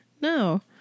no